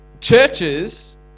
Churches